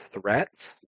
threats